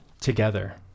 together